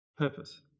purpose